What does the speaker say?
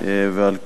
ועל כן,